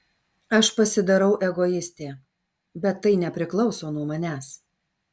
aš pasidarau egoistė bet tai nepriklauso nuo manęs